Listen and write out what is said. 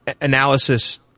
analysis